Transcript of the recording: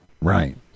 Right